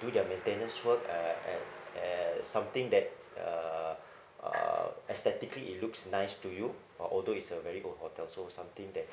do their maintenance work uh at at something that uh uh aesthetically it looks nice to you uh although it's a very good hotel so something that